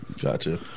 Gotcha